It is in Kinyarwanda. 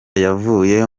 yavuye